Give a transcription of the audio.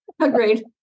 Agreed